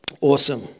Awesome